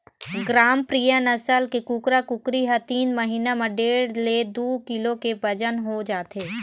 ग्रामप्रिया नसल के कुकरा कुकरी ह तीन महिना म डेढ़ ले दू किलो के बजन हो जाथे